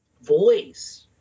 voice